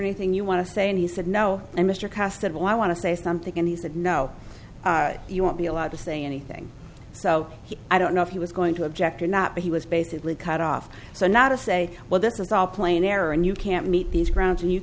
anything you want to say and he said no and mr castable i want to say something and he said no you won't be allowed to say anything so i don't know if he was going to object or not but he was basically cut off so not to say well this is all plain error and you can't meet these grounds and you